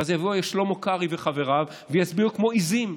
ואז יבואו שלמה קרעי וחבריו ויצביעו כמו עיזים.